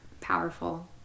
powerful